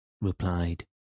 replied